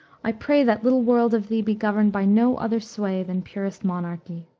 i pray that little world of thee be governed by no other sway than purest monarchy.